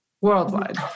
Worldwide